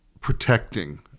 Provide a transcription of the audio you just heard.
protecting